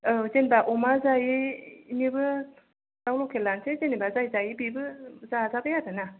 औ जेनेबा अमा जायैनोबो दाउ लकेल लानोसै जेनेबा जाय जायो बेबो जाजाबाय आरोना